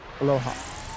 Aloha